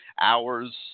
hours